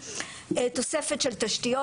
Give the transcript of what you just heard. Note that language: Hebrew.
ותוספת של תשתיות.